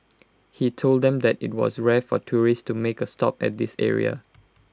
he told them that IT was rare for tourists to make A stop at this area